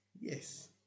yes